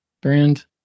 brand